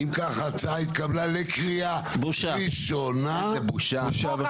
אם כך ההצעה התקבלה לקריאה ראשונה ותעבור